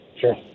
sure